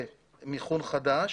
במיכון חדש,